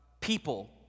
people